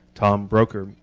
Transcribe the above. tom brocher,